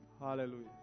Hallelujah